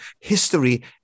history